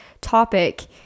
topic